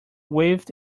waved